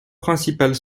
principales